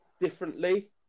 differently